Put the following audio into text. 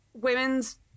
Women's